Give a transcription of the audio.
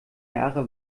jahre